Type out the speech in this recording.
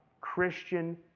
Christian